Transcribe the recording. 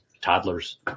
toddlers